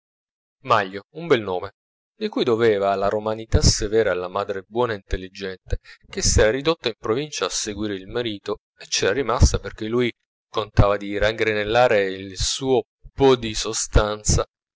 manlio un bel nome di cui doveva la romanità severa alla madre buona e intelligente che s'era ridotta in provincia a seguire il marito e c'era rimasta perchè lui contava di raggranellare il suo po di sostanza